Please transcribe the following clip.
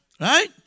Right